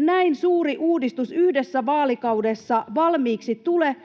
näin suuri uudistus yhdessä vaalikaudessa valmiiksi tule,